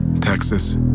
Texas